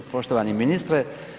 Poštovani ministre.